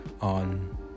on